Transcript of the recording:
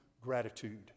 gratitude